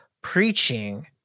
preaching